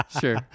sure